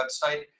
website